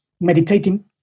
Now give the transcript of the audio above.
meditating